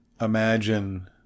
imagine